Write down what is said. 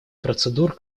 процедур